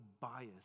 bias